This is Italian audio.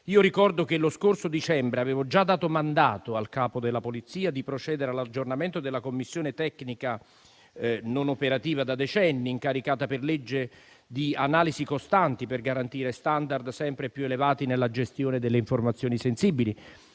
Ricordo che lo scorso dicembre avevo già dato mandato al Capo della polizia di procedere all'aggiornamento della commissione tecnica, non operativa da decenni, incaricata per legge di analisi costanti per garantire *standard* sempre più elevati nella gestione delle informazioni sensibili.